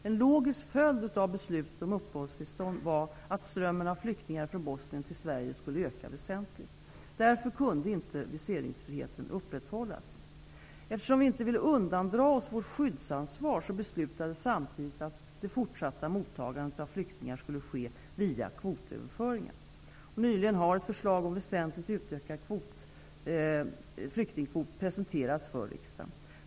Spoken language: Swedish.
En logisk följd av beslutet om uppehållstillstånd var att strömmen av flyktingar från Bosnien till Sverige skulle öka väsentligt. Därför kunde inte viseringsfriheten upprätthållas. Eftersom vi inte ville undandra oss vårt skyddsansvar beslutades samtidigt att det fortsatta mottagandet av flyktingar skulle ske via kvotöverföringar. Nyligen har ett förslag om väsentligt ökad flyktingkvot presenterats för riksdagen.